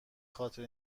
خاطر